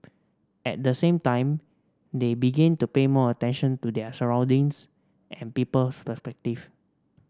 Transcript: at the same time they begin to pay more attention to their surroundings and people's perspective